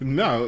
no